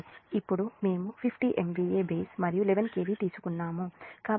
ఇప్పుడు మేము 50 MVA base మరియు 11 kV తీసుకున్నాము